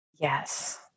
Yes